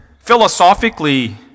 philosophically